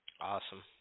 Awesome